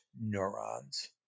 neurons